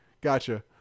gotcha